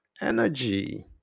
energy